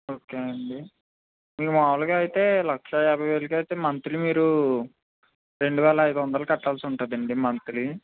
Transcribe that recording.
okay అండి ఇక మామూలుగా అయితే లక్ష యాభై వేలకి అయితే మంత్లీ మీరు రెండువేల ఐదు వందలు కట్టాల్సి ఉంటుంది అండి మంత్లీ